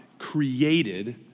created